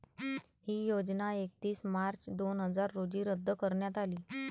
ही योजना एकतीस मार्च दोन हजार रोजी रद्द करण्यात आली